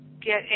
get